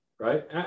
Right